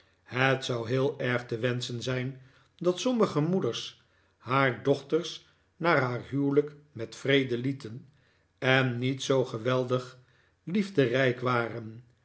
het zou heel erg te wenschen zijn dat sommige moeders haar dochters na haar huwelijk met vrede lieten en niet zoo geweldig liefderijk waren